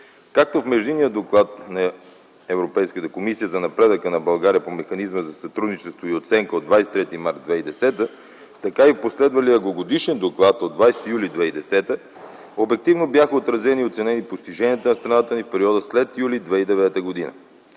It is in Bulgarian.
Както в междинния доклад на Европейската комисия за напредъка на България по механизма за сътрудничество и оценка от 23 март 2010 г., така и в последвалия го двугодишен доклад от 20 юли 2010 г. обективно бяха отразени и оценени постиженията на страната ни в периода след м. юли 2009 г.